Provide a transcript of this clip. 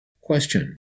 Question